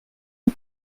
une